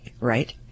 right